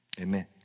Amen